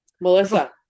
melissa